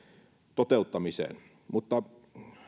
toteuttamiseen mutta